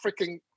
freaking